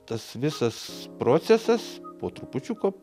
tas visas procesas po trupučiuką